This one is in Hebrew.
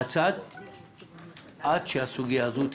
עד שהסוגיה הזו תיפתר.